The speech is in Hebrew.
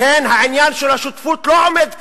לכן, העניין של השותפות לא עומד כאן,